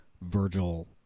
Virgil